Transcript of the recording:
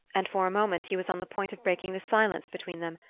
and for a moment he was on the point of breaking the silence between them,